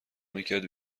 میکرد